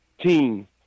team